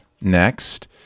next